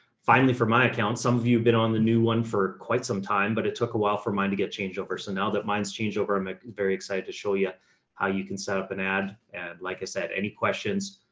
finally, for my accounts, some of you have been on the new one for quite some time, but it took a while for mine to get changed over. so now that mine's changed over, i'm ah very excited to show you how you can set up an ad. and like i said, any questions,